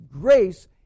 grace